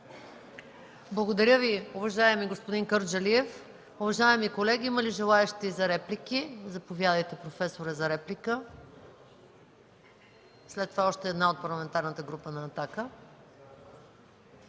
Благодаря Ви, уважаеми господин Кърджалиев. Уважаеми колеги, има ли желаещи за реплики? Заповядайте, проф. Станилов, за реплика. След това, още една реплика от Парламентарната група на „Атака”.